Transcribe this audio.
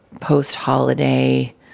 post-holiday